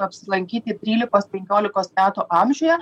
apsilankyti trylikos penkiolikos metų amžiuje